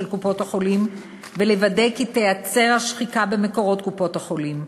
קופות-החולים ולוודא כי תיעצר השחיקה במקורות קופות-החולים.